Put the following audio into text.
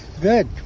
good